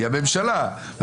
היא הממשלה.